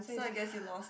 so I guess you lost